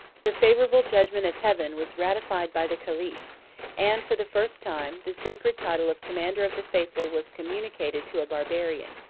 the favorable judgment of heaven was ratified by the caliph and for the first time, the sacred title of commander of the faithful was communicated to a barbarian.